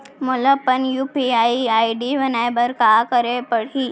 मोला अपन UPI ID बनाए बर का करे पड़ही?